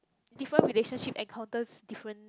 different relationship encounters different